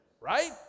Right